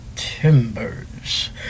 Timbers